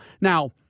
Now